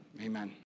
Amen